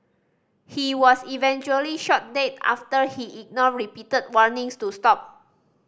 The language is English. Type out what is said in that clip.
he was eventually shot dead after he ignored repeated warnings to stop